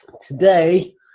today